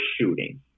shooting